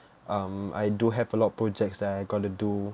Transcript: um I do have a lot of projects that I gotta do